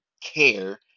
care